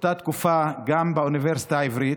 באותה תקופה באוניברסיטה העברית,